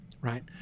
Right